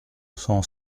sans